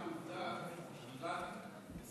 רק עובדה: איראן,